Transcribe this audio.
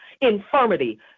infirmity